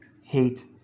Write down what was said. hate